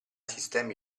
sistemi